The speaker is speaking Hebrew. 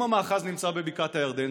אם המאחז נמצא בבקעת הירדן,